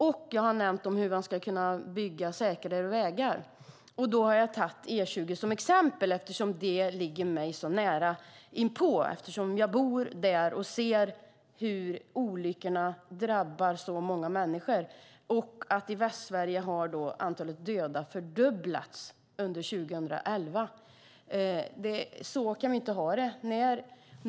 Jag har också nämnt hur man ska kunna bygga säkrare vägar. Jag har tagit E20 som exempel eftersom den ligger så nära inpå mig. Jag bor nära vägen, och jag ser att olyckorna drabbar många människor. I Västsverige har antalet döda fördubblats under 2011. Så kan vi inte ha det.